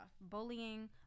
bullying